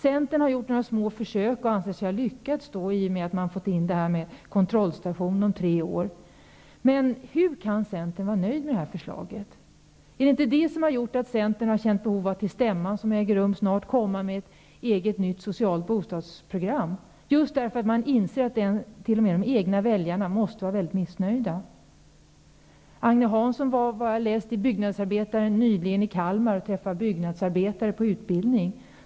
Centern har gjort några små försök och anser att man har lyckats i och med att man har fått med detta med kontrollstation om tre år. Hur kan Centern vara nöjd med detta förslag? Är det inte så att Centern har känt behov av att till stämman som snart äger rum lägga fram ett eget nytt bostadspolitiskt program, just därför att man inser att t.o.m. de egna väljarna måste vara missnöjda? Jag har läst i tidningen Byggnadsarbetaren att Agne Hansson nyligen var i Kalmar och träffade byggnadsarbetare under utbildning.